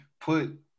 put